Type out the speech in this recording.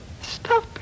stop